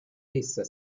essa